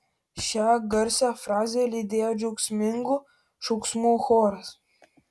šią garsią frazę lydėjo džiaugsmingų šauksmų choras